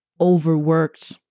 overworked